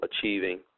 achieving